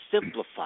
simplify